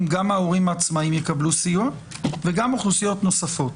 שגם ההורים העצמאיים יקבלו סיוע וגם אוכלוסיות נוספות.